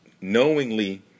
knowingly